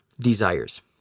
desires